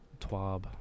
twab